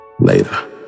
later